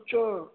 ਅੱਛਾ